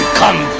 come